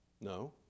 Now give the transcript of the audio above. No